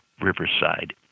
Riverside